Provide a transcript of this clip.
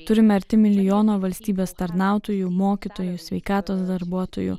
turime arti milijono valstybės tarnautojų mokytojų sveikatos darbuotojų